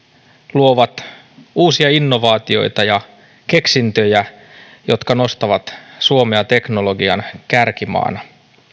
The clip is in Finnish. luovat uusia innovaatioita ja keksintöjä jotka nostavat suomea teknologian kärkimaana